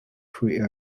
create